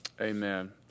Amen